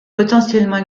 potentiellement